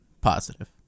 Positive